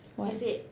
what